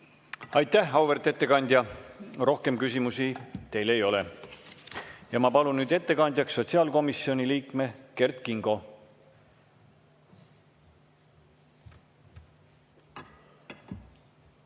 Aitäh, auväärt ettekandja! Rohkem küsimusi teile ei ole. Ma palun nüüd ettekandjaks sotsiaalkomisjoni liikme Kert Kingo!